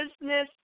business